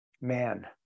man